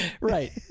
right